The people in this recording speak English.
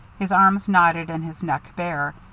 his arms knotted, and his neck bare,